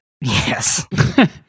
Yes